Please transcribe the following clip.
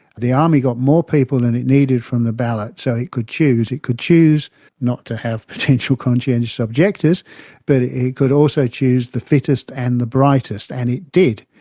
the army got more people than it needed from the ballot, so it could choose. it could choose not to have potential conscientious objectors but it it could also choose the fittest and the brightest, and it did.